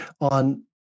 on